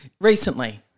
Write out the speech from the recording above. Recently